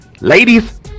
Ladies